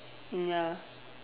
ya